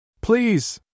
Please